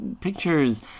pictures